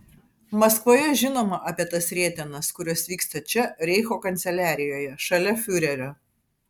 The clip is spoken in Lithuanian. maskvoje žinoma apie tas rietenas kurios vyksta čia reicho kanceliarijoje šalia fiurerio